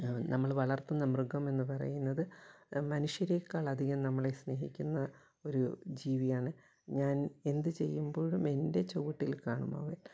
നമ്മൾ വളർത്തുന്ന മൃഗമെന്ന് പറയുന്നത് മനുഷ്യരേക്കാൾ അധികം നമ്മളെ സ്നേഹിക്കുന്ന ഒരു ജീവിയാണ് ഞാൻ എന്തു ചെയ്യുമ്പോഴും എന്റെ ചുവട്ടിൽ കാണും അവൻ